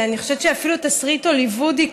אני חושבת שאפילו תסריט הוליוודי,